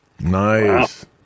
Nice